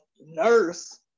nurse